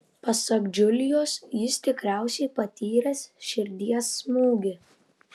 pasak džiulijos jis tikriausiai patyręs širdies smūgį